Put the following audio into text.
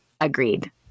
Agreed